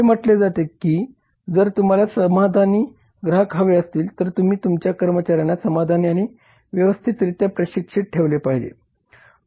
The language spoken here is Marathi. असे म्हटले जाते की जर तुम्हाला समाधानी ग्राहक हवे असतील तर तुम्ही तुमच्या कर्मचाऱ्यांना समाधानी आणि व्यवस्थितरीत्या प्रशिक्षित ठेवले पाहिजेत